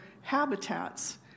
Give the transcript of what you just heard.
habitats